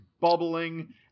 bubbling